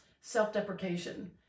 self-deprecation